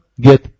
get